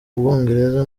ubwongereza